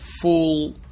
full